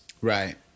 Right